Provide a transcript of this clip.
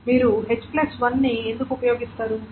మీరు h1 ని ఎందుకు ఉపయోగిస్తారు